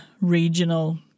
regional